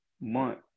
month